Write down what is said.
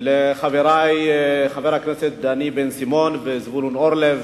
ולחברי חברי הכנסת דני בן-סימון וזבולון אורלב.